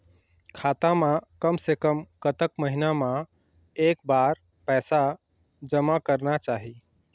खाता मा कम से कम कतक महीना मा एक बार पैसा जमा करना चाही?